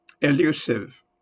Elusive